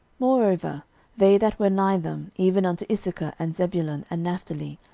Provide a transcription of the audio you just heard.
moreover they that were nigh them, even unto issachar and zebulun and naphtali,